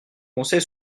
conseil